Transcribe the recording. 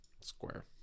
square